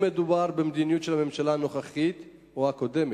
אין מדובר במדיניות של הממשלה הנוכחית או הקודמת.